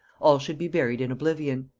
all should be buried in oblivion.